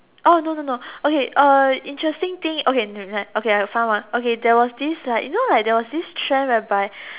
oh no no no no okay uh interesting thing okay n~ n~ okay I found one okay there was this like you know like there was this trend whereby